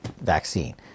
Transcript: vaccine